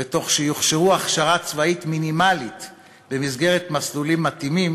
ותוך שיוכשרו הכשרה צבאית מינימלית במסגרת מסלולים מתאימים,